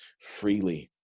freely